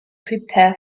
prepare